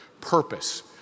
purpose